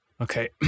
Okay